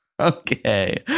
Okay